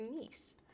niece